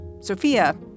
Sophia